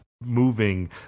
moving